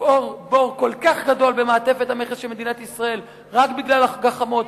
לפעור בור כל כך גדול במעטפת המכס של מדינת ישראל רק בגלל גחמות,